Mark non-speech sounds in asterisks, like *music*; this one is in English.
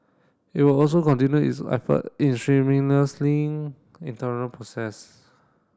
it will also continue its effort in *unintelligible* internal process